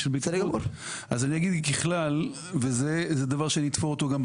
תיראו, כמות האירועים שאנחנו מקבלים עכשיו הם לא